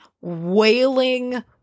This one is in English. wailing